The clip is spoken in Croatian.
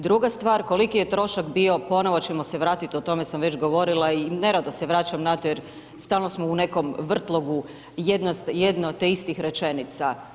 Druga stvar, koliki je trošak bio, ponovo ćemo se vratit, o tome sam već govorila i nerado se vraćam na to jer stalno smo u nekom vrtlogu jedno te istih rečenica.